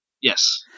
Yes